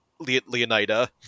leonida